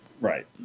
Right